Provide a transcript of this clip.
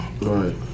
Right